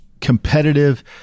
competitive